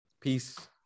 Peace